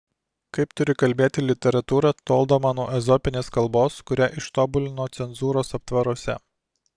kaip turi kalbėti literatūra toldama nuo ezopinės kalbos kurią ištobulino cenzūros aptvaruose